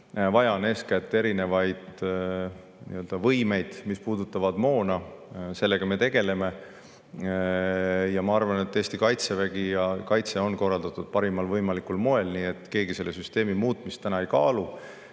Vaja on eeskätt erinevaid võimeid, mis puudutavad moona. Sellega me tegeleme. Ma arvan, et Eesti kaitsevägi ja kaitse on korraldatud parimal võimalikul moel. Keegi selle süsteemi muutmist täna ei kaalu.